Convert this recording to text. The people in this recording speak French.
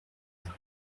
mère